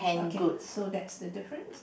okay so that's the difference